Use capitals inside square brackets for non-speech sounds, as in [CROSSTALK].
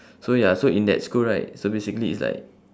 [BREATH] so ya so in that school right so basically it's like